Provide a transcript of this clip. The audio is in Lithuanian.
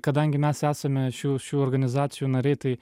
kadangi mes esame šių šių organizacijų nariai tai